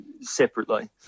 separately